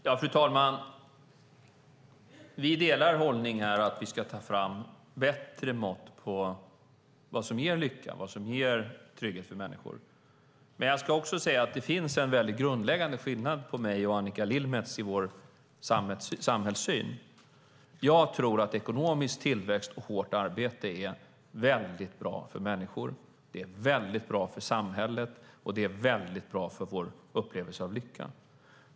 Fru talman! Vi delar hållning här: Vi ska ta fram bättre mått på vad som ger människor lycka och trygghet. Men jag vill också säga att det finns en väldigt grundläggande skillnad mellan min och Annika Lillemets samhällssyn. Jag tror att ekonomisk tillväxt och hårt arbete är väldigt bra för människor, väldigt bra för samhället och väldigt bra för vår upplevelse av lycka.